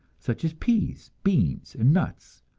such as peas, beans and nuts.